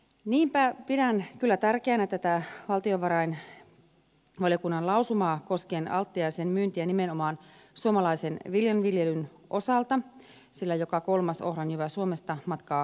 niinpä pidän kyllä tärkeänä tätä valtiovarainvaliokunnan lausumaa koskien altiaa ja sen myyntiä nimenomaan suomalaisen viljanviljelyn osalta sillä joka kolmas ohranjyvä suomesta matkaa altialle